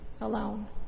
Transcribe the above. alone